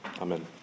amen